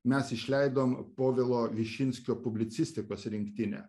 mes išleidom povilo višinskio publicistikos rinktinę